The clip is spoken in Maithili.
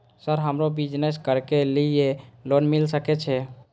सर हमरो बिजनेस करके ली ये लोन मिल सके छे?